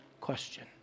question